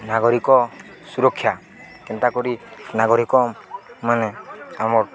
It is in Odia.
ନାଗରିକ ସୁରକ୍ଷା କେନ୍ତା କରି ନାଗରିକ ମାନେ ଆମର୍